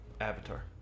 Avatar